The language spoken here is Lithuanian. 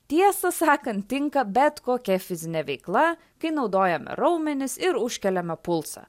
tiesą sakant tinka bet kokia fizinė veikla kai naudojame raumenis ir užkeliame pulsą